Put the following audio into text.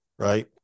right